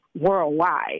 worldwide